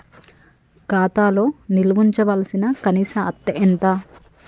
ఖాతా లో నిల్వుంచవలసిన కనీస అత్తే ఎంత?